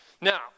Now